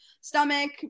stomach